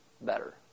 better